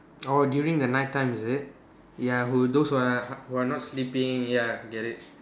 orh during the night time is it ya who those who are who are not sleeping ya I get it